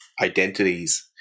identities